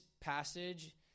passage